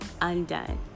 Undone